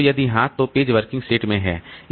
तो यदि हां तो पेज वर्किंग सेट में है